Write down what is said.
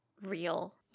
real